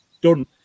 done